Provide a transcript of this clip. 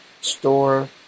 store